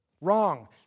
Wrong